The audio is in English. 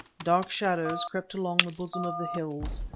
dark shadows crept along the bosom of the hills,